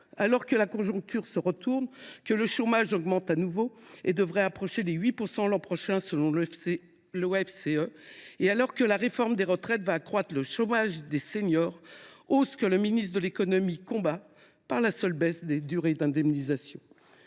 contexte : la conjoncture se retourne, le chômage augmente de nouveau et devrait approcher les 8 % l’an prochain, selon l’OFCE ; la réforme des retraites va accroître le chômage des seniors, mouvement que le ministre de l’économie entend combattre par la seule baisse des durées d’indemnisation.